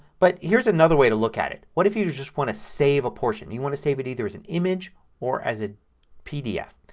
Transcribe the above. but here's another way to look at it. what if you just want to save a portion. you want to save it either as an image or as a pdf.